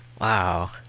Wow